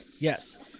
Yes